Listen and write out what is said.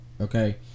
Okay